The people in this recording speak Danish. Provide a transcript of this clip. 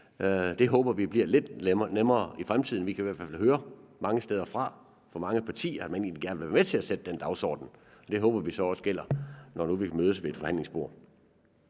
Det håber vi bliver lidt nemmere i fremtiden. Vi kan i hvert fald høre mange steder fra, fra mange partier, at man egentlig gerne vil være med til at sætte den dagsorden. Det håber vi så også gælder, når nu vi mødes ved forhandlingsbordet.